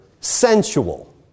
sensual